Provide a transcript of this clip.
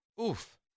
Oof